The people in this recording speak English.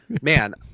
Man